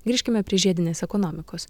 grįžkime prie žiedinės ekonomikos